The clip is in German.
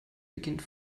beginnt